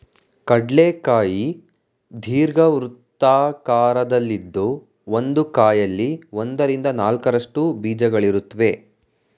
ಕಡ್ಲೆ ಕಾಯಿ ದೀರ್ಘವೃತ್ತಾಕಾರದಲ್ಲಿದ್ದು ಒಂದು ಕಾಯಲ್ಲಿ ಒಂದರಿಂದ ನಾಲ್ಕರಷ್ಟು ಬೀಜಗಳಿರುತ್ವೆ